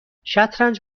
شطرنج